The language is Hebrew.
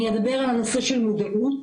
אני אדבר על נושא של מודעות.